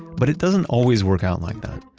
but it doesn't always work out like that.